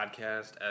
Podcast